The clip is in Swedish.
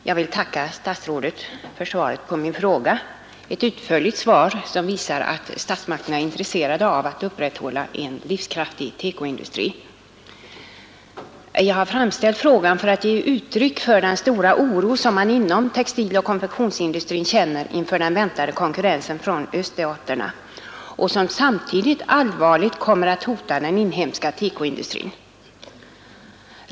Fru talman! Jag vill tacka statsrådet för svaret på min fråga — ett utförligt svar som visar att statsmakterna är intresserade av att upprätthålla en livskraftig TEKO-industri. Jag har framställt frågan för att ge uttryck för den stora oro som man inom textiloch konfektionsindustrin känner inför den väntade konkurrensen från öststaterna, vilken samtidigt allvarligt kommer att hota den inhemska TEKO-industrin.